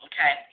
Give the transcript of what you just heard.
Okay